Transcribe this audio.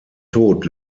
tod